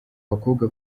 bakobwa